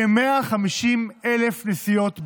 כ-150,000 נסיעות ביום.